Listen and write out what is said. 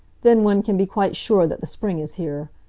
then one can be quite sure that the spring is here.